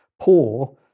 poor